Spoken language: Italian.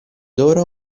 loro